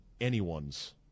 anyone's